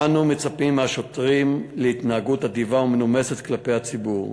אנו מצפים מהשוטרים להתנהגות אדיבה ומנומסת כלפי הציבור.